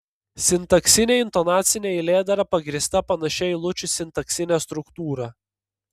sintaksinė intonacinė eilėdara pagrįsta panašia eilučių sintaksine struktūra